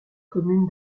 commune